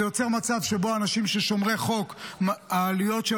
זה יוצר מצב שבו אצל אנשים שומרי חוק העלויות של